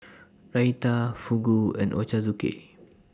Raita Fugu and Ochazuke